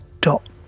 dot